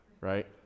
right